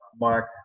Mark